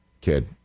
kid